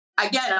again